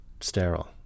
sterile